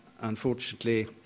unfortunately